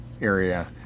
area